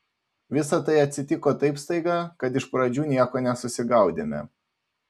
visa tai atsitiko taip staiga kad iš pradžių nieko nesusigaudėme